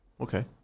Okay